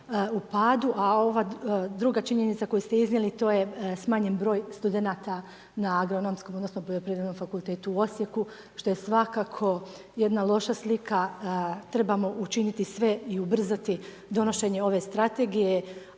u padu, a ova druga činjenica koju ste iznijeli to je smanjen br. studenata, na agronomskom, odnosno, poljoprivrednom fakultetu u Osijeku, što je svakako jedna loša slika, trebamo učiniti sve i ubrzati donošenje ove strategije.